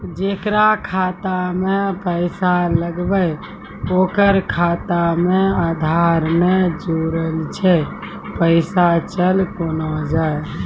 जेकरा खाता मैं पैसा लगेबे ओकर खाता मे आधार ने जोड़लऽ छै पैसा चल कोना जाए?